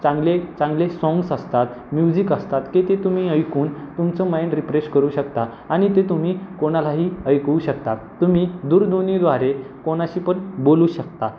चांगले चांगले साँग्स असतात म्युझिक असतात की ते तुम्ही ऐकून तुमचं माइंड रिफ्रेश करू शकता आणि ते तुम्ही कोणालाही ऐकवू शकता तुम्ही दूरध्वनीद्वारे कोणाशी पण बोलू शकता